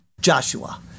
Joshua